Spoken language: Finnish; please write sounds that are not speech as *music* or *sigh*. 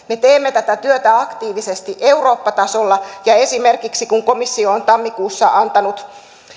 *unintelligible* me teemme tätä työtä aktiivisesti eurooppa tasolla ja esimerkiksi kun komissio on tammikuussa antanut